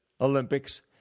Olympics